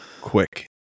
quick